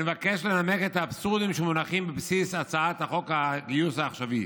אני מבקש לנמק את האבסורדים שמונחים בבסיס הצעת חוק הגיוס העכשווית,